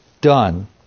done